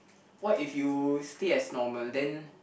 what if you stay as normal then